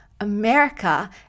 America